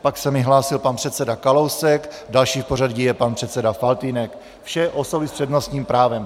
Pak se mi hlásil pan předseda Kalousek, další v pořadí je pan předseda Faltýnek, vše osoby s přednostním právem.